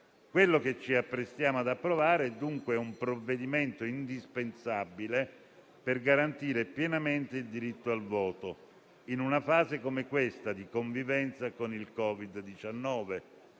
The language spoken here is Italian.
Quello che ci apprestiamo ad approvare è dunque un provvedimento indispensabile per garantire pienamente il diritto al voto in una fase di convivenza con il Covid-19,